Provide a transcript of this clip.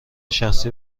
شخصی